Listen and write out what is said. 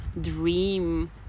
dream